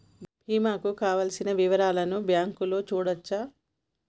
బీమా కు కావలసిన వివరాలను బ్యాంకులో చూడొచ్చా?